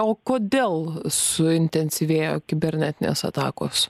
o kodėl suintensyvėjo kibernetinės atakos